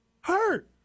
hurt